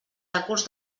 decurs